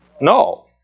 No